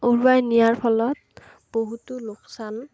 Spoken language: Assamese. উৰুৱাই নিয়াৰ ফলত বহুতো লোকচান